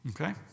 Okay